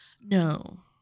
No